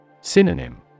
Synonym